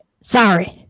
sorry